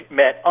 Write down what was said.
met